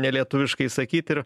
nelietuviškai sakyt ir